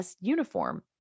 uniform